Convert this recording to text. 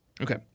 okay